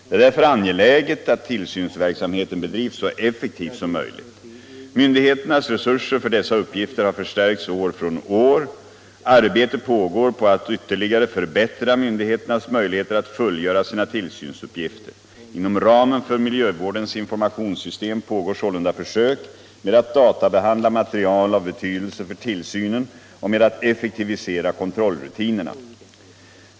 Det är därför angeläget att tillsynsverksamheten bedrivs så effektivt som möjligt. Myndigheternas resurser för dessa uppgifter har förstärkts år från år. Arbete pågår på att ytterligare förbättra myndigheternas möjligheter att fullgöra sina tillsynsuppgifter. Inom ramen för miljövårdens informationssystem pågår sålunda försök med att databehandla material av betydelse för tillsynen och med att effektivisera kontrollrutinerna.